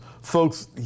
Folks